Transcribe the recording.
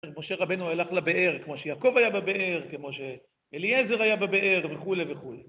משה רבנו הלך לבאר, כמו שיעקב היה בבאר, כמו שאליעזר היה בבאר וכולי וכולי.